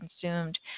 consumed